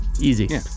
easy